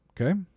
okay